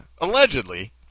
allegedly